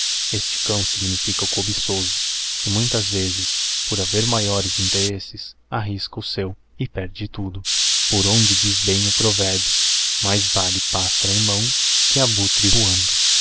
este cão significa o cobiçoso que muitas vezes por haver maiores interesses arrisca o seu e perde tudo por onde diz bem o provérbio ais vale pássaro em mão que abutre voando